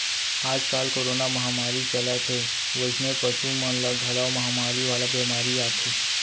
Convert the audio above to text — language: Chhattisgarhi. आजकाल कोरोना महामारी चलत हे वइसने पसु मन म घलौ महामारी वाला बेमारी आथे